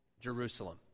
Jerusalem